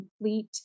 complete